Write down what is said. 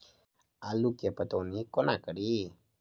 आलु केँ पटौनी कोना कड़ी?